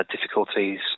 difficulties